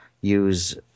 use